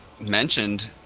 mentioned